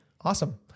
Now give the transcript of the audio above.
awesome